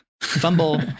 Fumble